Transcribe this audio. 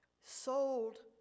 sold